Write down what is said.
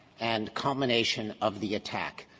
and culmination of the attack.